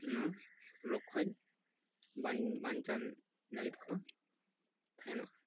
ᱚᱱᱟ ᱨᱳᱜᱽ ᱠᱷᱚᱱ ᱵᱟᱧ ᱵᱟᱧᱪᱟᱣ ᱞᱟᱹᱜᱤᱫ ᱠᱚ ᱛᱟᱦᱮᱱᱟ